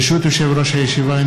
ברשות יושב-ראש הישיבה,